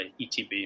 ETB